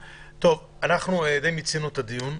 טוב, אנחנו די מיצינו את הדיון.